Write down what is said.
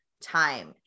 time